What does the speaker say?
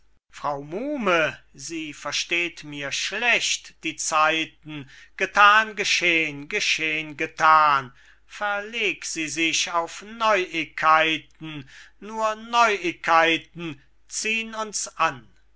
frau muhme sie versteht mir schlecht die zeiten gethan geschehn geschehn gethan verleg sie sich auf neuigkeiten nur neuigkeiten ziehn uns an